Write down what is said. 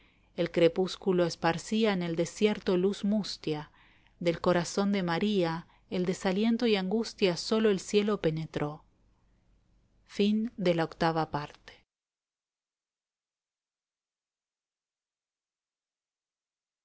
el crepúsculo esparcía en el desierto luz mustia del corazón de maría el desaliento y angustia sólo el cielo penetró novena